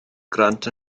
grant